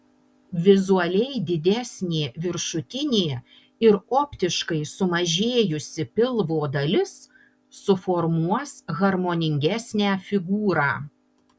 vizualiai didesnė viršutinė ir optiškai sumažėjusi pilvo dalis suformuos harmoningesnę figūrą